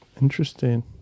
Interesting